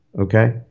Okay